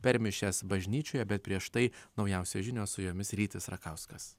per mišias bažnyčioje bet prieš tai naujausios žinios su jomis rytis rakauskas